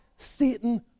Satan